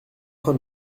train